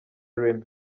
remy